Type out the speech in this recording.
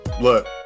look